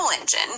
engine